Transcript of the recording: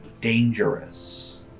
dangerous